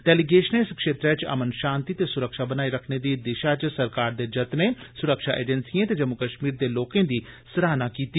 डेलीगेषनें इस क्षेत्रै च अमन षांति ते सुरक्षा बनाई रखने दी दिषा च सरकारै दे यत्नें सुरक्षा एजेंसिएं ते जम्मू कष्मीर दे लोकें दी सराहना कीती